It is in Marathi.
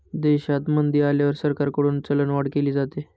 देशात मंदी आल्यावर सरकारकडून चलनवाढ केली जाते